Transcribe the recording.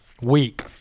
weak